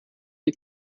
die